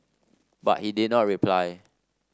but he did not reply